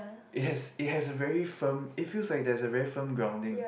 it has it has a very firm it feels like there is a very firm grounding